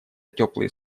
теплые